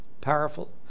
powerful